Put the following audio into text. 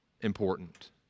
important